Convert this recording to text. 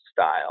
style